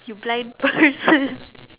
you blind person